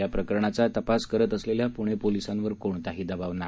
या प्रकरणाचा तपास करत असलेल्या पुणे पोलिसांवर कोणताही दबाव नाही